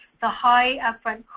the high ah